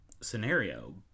scenario